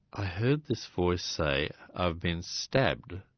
i heard this voice say i've been stabbed,